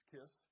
Kiss